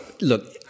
look